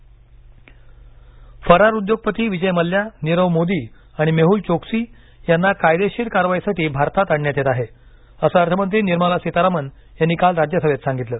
फरार उद्योगपती फरार उद्योगपती विजय मल्या नीरव मोदी आणि मेहुल चोक्सी यांना कायदेशीर कारवाईसाठी भारतात आणण्यात येत आहे असं अर्थ मंत्री निर्मला सीतारामन यांनी काल राज्यसभेत सांगितलं